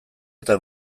eta